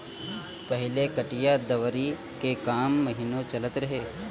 पहिले कटिया दवरी के काम महिनो चलत रहे